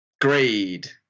Grade